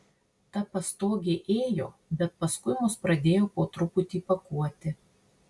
ta pastogė ėjo bet paskui mus pradėjo po truputį pakuoti